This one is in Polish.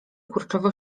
kurczowo